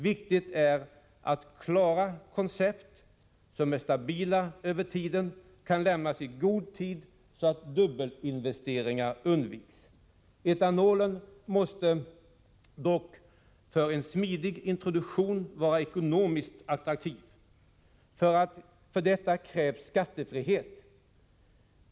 Viktigt är att klara koncept, som är stabila över tiden, kan lämnas i god tid så att dubbelinvesteringar undviks. Etanolen måste dock för att få en smidig introduktion vara ekonomiskt attraktiv. För detta krävs skattefrihet.